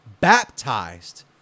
baptized